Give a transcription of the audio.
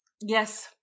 Yes